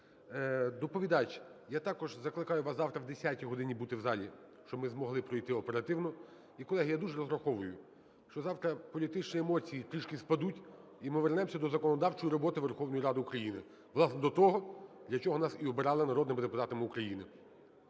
Доповідач, я також закликаю вас завтра о 10 годині бути в залі, щоб ми змогли пройти оперативно. І, колеги, я дуже розраховую, що завтра політичні емоції трішки спадуть - і ми повернемося до законодавчої роботи Верховної Ради України, власне, до того, для чого нас і обирали народними депутатами України.